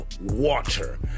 water